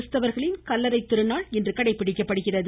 கிறிஸ்தவர்களின் கல்லறைத் திருநாள் இன்று கடைபிடிக்கப்படுகிறது